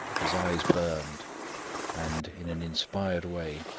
his eyes burned and, in an inspired way,